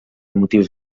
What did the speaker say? motius